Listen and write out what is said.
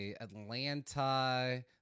Atlanta